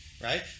right